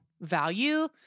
value